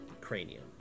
cranium